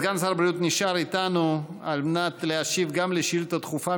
סגן שר הבריאות נשאר איתנו על מנת להשיב גם לשאילתה דחופה,